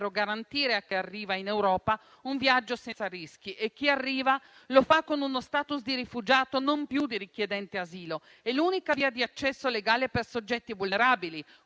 garantire a chi arriva in Europa un viaggio senza rischi e a chi arriva lo *status* di rifugiato e non più di richiedente asilo: è l'unica via di accesso legale per soggetti vulnerabili,